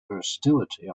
versatility